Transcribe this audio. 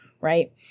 right